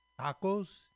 Tacos